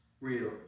real